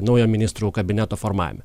naujo ministrų kabineto formavime